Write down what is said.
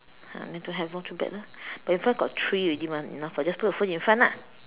!huh! then don't have lor too bad lah but in front already got three mah enough ah just put the phone in front ah